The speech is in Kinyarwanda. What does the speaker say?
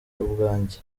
ubwanjye